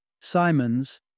Simons